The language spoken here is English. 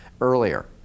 earlier